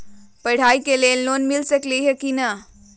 पढाई के लेल लोन मिल सकलई ह की?